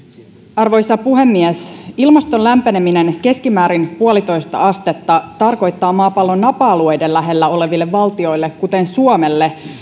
arvoisa puhemies ilmaston lämpeneminen keskimäärin puolitoista astetta tarkoittaa maapallon napa alueiden lähellä oleville valtioille kuten suomelle